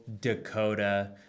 Dakota